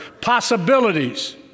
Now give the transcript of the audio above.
possibilities